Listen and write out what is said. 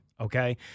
Okay